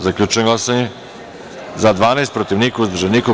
Zaključujem glasanje: za – 12, protiv – niko, uzdržanih – nema.